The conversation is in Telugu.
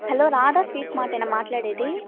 హలో రాధా స్వీట్స్ మాటేన మాట్లాడేది